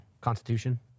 constitution